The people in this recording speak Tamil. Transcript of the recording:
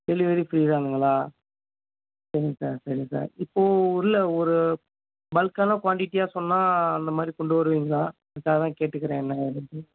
டெலிவரி ஃப்ரீதானுங்களா சரிங்க சார் சரிங்க சார் இப்போ உள்ள ஒரு பல்க்கான குவாண்டிட்டியாக சொன்னால் அந்த மாதிரி கொண்டு வருவீங்களா அதுக்காக தான் கேட்டுக்கிறேன் என்ன ஏதுன்ட்டு